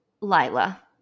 Lila